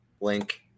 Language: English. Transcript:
link